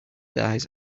guys